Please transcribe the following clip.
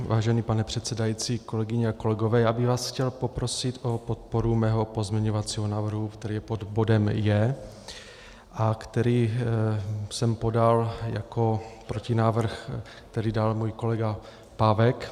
Vážený pane předsedající, kolegyně a kolegové, já bych vás chtěl poprosit o podporu mého pozměňovacího návrhu, který je pod bodem J a který jsem podal jako protinávrh, který dal můj kolega Pávek.